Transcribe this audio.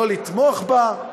לא לתמוך בה?